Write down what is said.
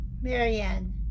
Marianne